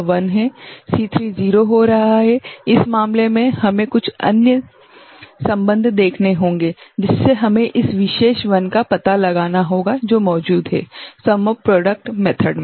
C3 0 हो रहा है इस मामले में हमें कुछ अन्य संबंध देखने होंगे जिससे हमें इस विशेष 1 का पता लगाना होगा जो मौजूद है - सम ऑफ प्रॉडक्ट मेथड में